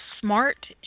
smart